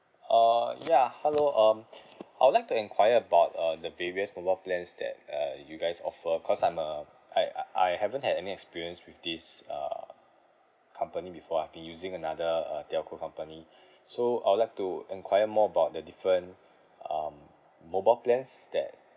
uh ya hello um I would like to enquire about uh the various mobile plans that uh you guys offer cause I'm uh I uh I haven't had any experience with this uh company before I've been using another uh telco company so I would like to enquire more about the different um mobile plans that